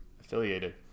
affiliated